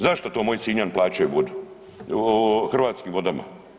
Zašto to moji Sinjani plaćaju vodu Hrvatskim vodama?